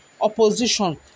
opposition